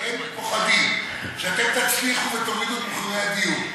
הם פוחדים שאתם תצליחו ותורידו את מחירי הדיור,